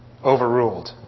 Overruled